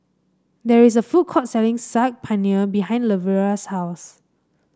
there is a food court selling Saag Paneer behind Lavera's house